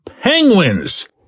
penguins